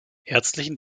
herzlichen